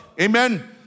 amen